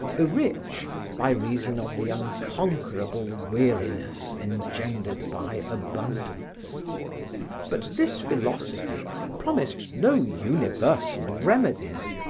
the rich by reason of the unconquerable weariness engendered by abundance but this philosophy promised no universal remedies,